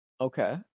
Okay